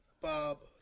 Bob